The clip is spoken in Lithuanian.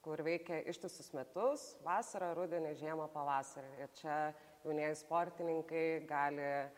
kur veikia ištisus metus vasarą rudenį žiemą pavasarį ir čia jaunieji sportininkai gali